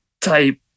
type